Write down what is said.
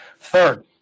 third